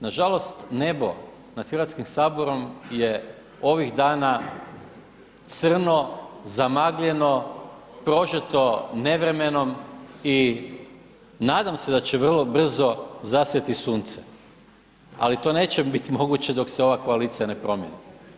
Nažalost nebo nad Hrvatskim saborom je ovih dana crno, zamagljeno, prožeto nevremenom i nadam se da će vrlo brzo zasjati sunce, ali to neće biti moguće dok se ova koalicija ne promjeni.